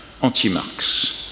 anti-Marx